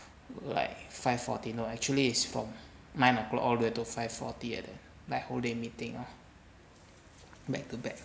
like five forty ah actually is from nine o'clock all the way to five forty ah like whole day meeting ah back to back